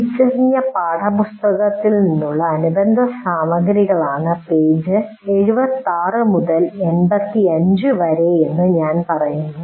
തിരിച്ചറിഞ്ഞ പാഠപുസ്തകത്തിൽ നിന്നുള്ള അനുബന്ധ സാമഗ്രികളാണ് പേജ് 76 മുതൽ 85 വരെ എന്ന് ഞാൻ പറയുന്നു